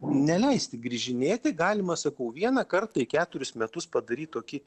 neleisti grįžinėti galima sakau vieną kartą į keturis metus padaryt tokį